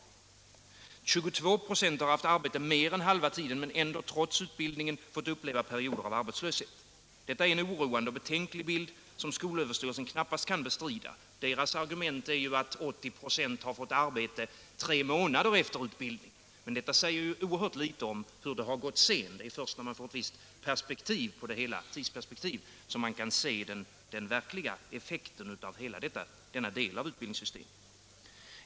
22 96 har haft arbete mer än halva tiden men ändå, trots utbildningen, fått uppleva perioder av arbetslöshet. Detta är en oroande och betänklig bild, som skolöverstyrelsen knappast kan bestrida. Dess argument är ju att 80 96 har fått arbete tre månader efter utbildningen, men det säger mycket litet om hur det har gått sedan. Det är först när man får ett visst tidsperspektiv på det hela som man kan se den verkliga effekten av hela denna del av utbildningssystemet.